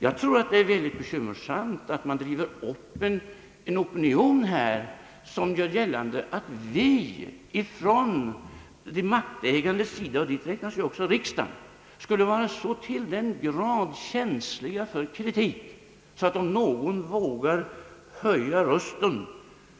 Jag finner det mycket bekymrande att man driver upp en opinion här som gör gällande att vi på de maktägandes sida — och dit räknas ju också riksdagen — skulle vara så till den grad känsliga för kritik, att om någon vågar höja rösten,